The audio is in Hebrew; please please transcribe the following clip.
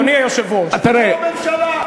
אדוני היושב-ראש, כמו הממשלה.